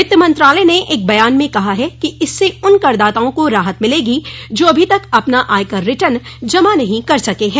वित्त मंत्रालय ने एक बयान में कहा कि इससे उन करदाताओं को राहत मिलेगी जो अभी तक अपना आयकर रिटर्न जमा नहीं कर सके हैं